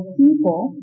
people